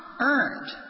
earned